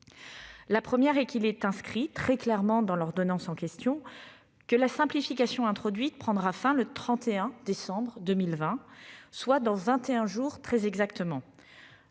D'abord, il est inscrit très clairement dans l'ordonnance en question que la simplification introduite prendra fin le 31 décembre 2020, soit très exactement